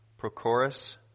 Prochorus